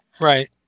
right